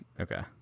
Okay